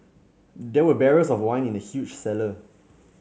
there were barrels of wine in the huge cellar